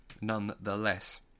nonetheless